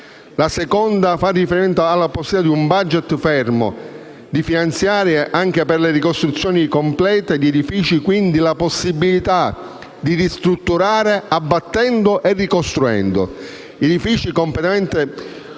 La seconda fa riferimento alla possibilità, a *budget* fermo, di finanziare anche le ricostruzioni complete di edifici e quindi, la possibilità di ristrutturare abbattendo e ricostruendo gli edifici completamente,